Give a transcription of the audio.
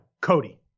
Cody